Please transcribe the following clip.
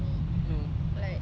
!wow!